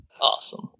Awesome